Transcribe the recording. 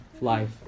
Life